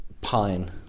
pine